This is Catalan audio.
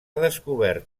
descobert